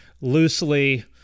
loosely